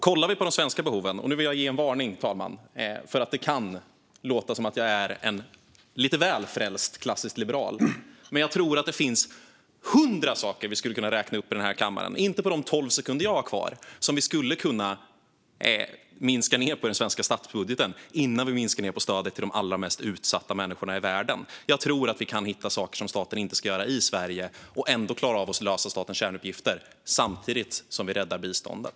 Kollar vi på de svenska behoven - och nu vill jag utfärda en varning, herr talman, för att jag kan låta som en lite väl frälst klassisk liberal - tror jag att vi här i kammaren skulle kunna räkna upp hundra saker, om än inte på de tolv sekunder jag har kvar, som vi skulle kunna minska ned på i den svenska statsbudgeten innan vi minskar ned på stödet till de allra mest utsatta människorna i världen. Jag tror att vi kan hitta saker som staten inte behöver göra i Sverige för att ändå klara av att lösa sina kärnuppgifter, samtidigt som vi räddar biståndet.